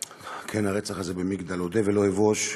כן, הרצח הזה במגדל, אודה ולא אבוש,